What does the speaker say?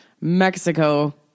Mexico